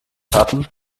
hatten